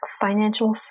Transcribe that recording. financial